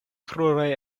kruroj